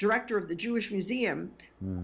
director of the jewish museum